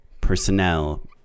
personnel